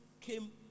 came